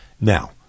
Now